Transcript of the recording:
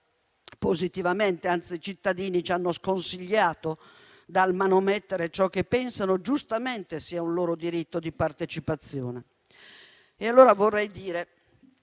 positive; anzi, i cittadini ci hanno sconsigliato dal manomettere ciò che pensano giustamente sia un loro diritto di partecipazione. Guardate